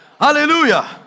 Hallelujah